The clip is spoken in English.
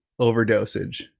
overdosage